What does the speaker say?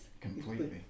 Completely